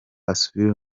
asubire